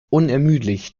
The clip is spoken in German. unermüdlich